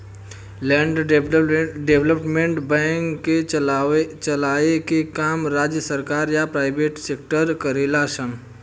land development bank के चलाए के काम राज्य सरकार या प्राइवेट सेक्टर करेले सन